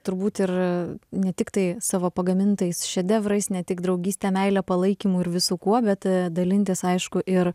turbūt ir ne tiktai savo pagamintais šedevrais ne tik draugyste meile palaikymu ir visu kuo bet dalintis aišku ir